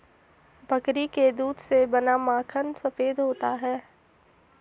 बकरी के दूध से बना माखन सफेद होता है